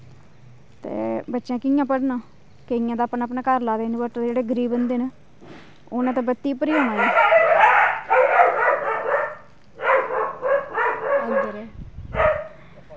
ते बच्चें कि'यां पढ़ना केइयें ते अपने अपने घर लाए दे न इनर्वटर जेह्ड़े गरीब बंदे न उ'नें ते बत्ती उप्पर गै